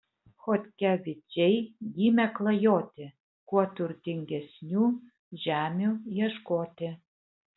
chodkevičiai gimę klajoti kuo turtingesnių žemių ieškoti